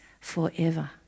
forever